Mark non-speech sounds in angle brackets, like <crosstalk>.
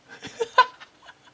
<laughs>